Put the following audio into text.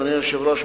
אדוני היושב-ראש,